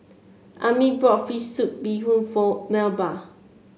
Ami bought fish soup Bee Hoon for Melba